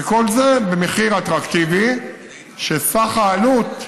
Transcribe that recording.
וכל זה במחיר אטרקטיבי שסך העלות,